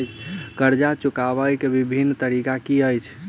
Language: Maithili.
कर्जा चुकबाक बिभिन्न तरीका की अछि?